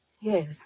Yes